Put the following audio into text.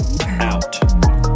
Out